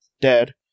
dead